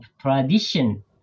tradition